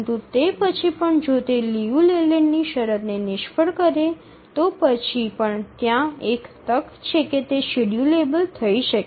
પરંતુ તે પછી પણ જો તે લિયુ લેલેન્ડની શરતને નિષ્ફળ કરે તો પછી પણ ત્યાં એક તક છે કે તે શેડ્યૂલેબલ થઈ શકે